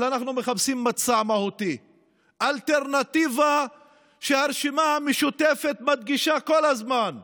אלא אנחנו מחפשים מצע מהותי, אלטרנטיבה שהרשימה המשותפת מדגישה כל הזמן,